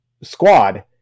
squad